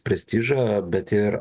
prestižą bet ir